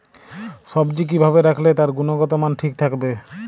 সবজি কি ভাবে রাখলে তার গুনগতমান ঠিক থাকবে?